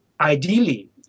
ideally